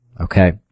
Okay